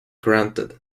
granted